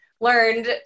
learned